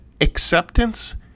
acceptance